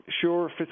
sure